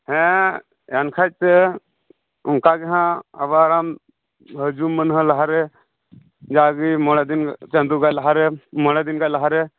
ᱦᱮᱸ ᱮᱱᱠᱷᱟᱱ ᱥᱮ ᱚᱱᱠᱟ ᱜᱮ ᱱᱟᱦᱟᱜ ᱟᱵᱟᱨ ᱟᱢ ᱦᱤᱡᱩᱜ ᱢᱟᱹᱱᱦᱟᱹ ᱞᱟᱦᱟᱨᱮ ᱡᱟᱜᱮ ᱢᱚᱬᱮ ᱫᱤᱱ ᱪᱟᱸᱫᱚ ᱜᱟᱱ ᱞᱟᱦᱟᱨᱮ ᱢᱚᱬᱮ ᱫᱤᱱ ᱜᱟᱡ ᱞᱟᱦᱟᱨᱮ